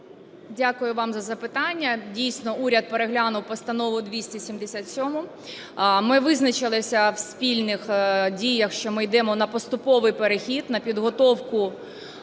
Дякую вам за запитання. Дійсно уряд переглянув Постанову 277. Ми визначилися в спільних діях, що ми йдемо на поступовий перехід, на підготовку